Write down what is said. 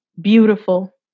beautiful